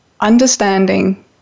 understanding